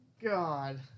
God